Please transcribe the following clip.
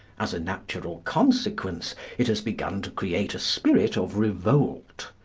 as a natural consequence it has begun to create a spirit of revolt.